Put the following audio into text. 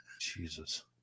Jesus